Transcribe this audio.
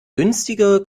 günstiger